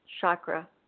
chakra